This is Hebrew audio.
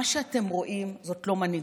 מה שאתם רואים זה לא מנהיגות,